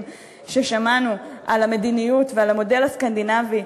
ששמענו על המדיניות ועל המודל הסקנדינבי,